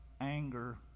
anger